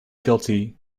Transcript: guilty